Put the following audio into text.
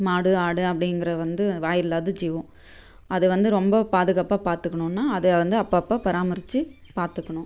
மாடு ஆடு அப்படிங்கற வந்து வாயில்லாத ஜீவம் அதை வந்து ரொம்ப பாதுகாப்பாக பார்த்துக்கணுன்னா அதை வந்து அப்பப்போ பராமரிச்சு பார்த்துக்குணும்